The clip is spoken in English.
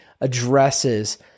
addresses